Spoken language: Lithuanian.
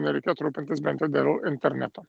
nereikėtų rūpintis bent jau geru internetu